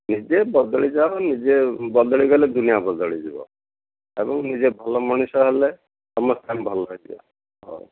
ନିଜେ ବଦଳି ଯାଅ ନିଜେ ବଦଳି ଗଲେ ଦୁନିଆ ବଦଳିଯିବ ଏବଂ ନିଜେ ଭଲ ମଣିଷ ହେଲେ ସମସ୍ତଙ୍କୁ ଭଲ ଲାଗିବ ହଉ